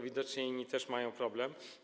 Widocznie inni też mają problem.